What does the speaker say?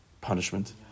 punishment